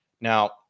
Now